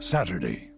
Saturday